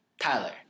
tyler